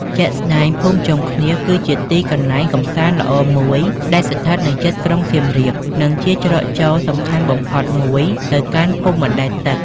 ជាក់ស្ដែង ភូមិចុងឃ្នៀសគឺជាទីកន្លែងកំសាន្តល្អមួយ ដែលស្ថិតនៅជិតក្រុងសៀមរាប និងជាច្រកចូលសំខាន់បំផុតមួយទៅកាន់ភូមិបណ្ដែតទឹក។